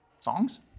songs